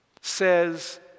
says